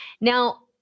Now